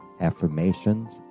affirmations